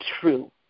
true